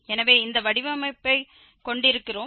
எனவே இந்த வடிவமைப்பைக் கொண்டிருக்கிறோம்